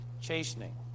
chastening